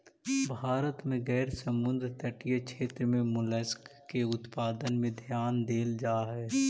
भारत में गैर समुद्र तटीय क्षेत्र में मोलस्का के उत्पादन में ध्यान देल जा हई